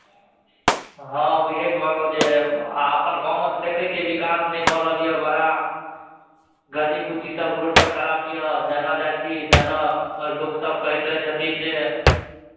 हँ उएह कहलहुँ जे आ अपन गाँवमे तऽ देखै छियै विकास नहि भऽ रहल यए बड़ा गली कुचीसभ रोडसभ खराप यए जेन्नऽ जाइ छी तेन्नऽ लोकसभ कहैत रहै छथिन जे